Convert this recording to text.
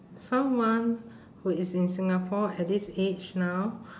someone who is in singapore at this age now